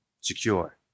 secure